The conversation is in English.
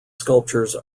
sculptures